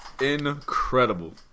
Incredible